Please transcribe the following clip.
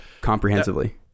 comprehensively